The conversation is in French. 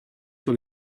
sur